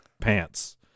pants